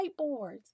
Whiteboards